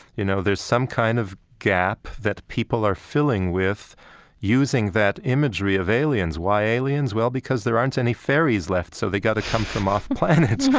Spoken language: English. you know, there's some kind of gap that people are filling with using that imagery of aliens. why aliens? well, because there aren't any fairies left so they got to come from off planet.